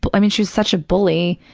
but i mean, she was such a bully,